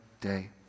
day